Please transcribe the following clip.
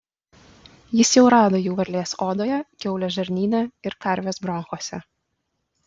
jis jau rado jų varlės odoje kiaulės žarnyne ir karvės bronchuose